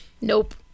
Nope